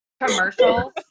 commercials